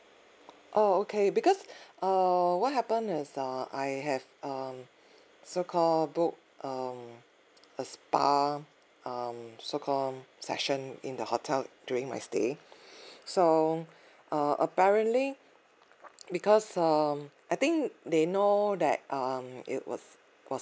oh okay because err what happen was err I have um so called book err a spa um so called session in the hotel during my stay so uh apparently because um I think they know that um it was was